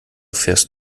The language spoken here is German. fährst